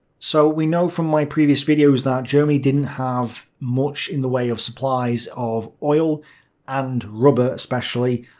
so we know from my previous videos that germany didn't have much in the way of supplies of oil and rubber especially.